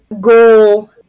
goal